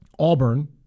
Auburn